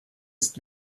ist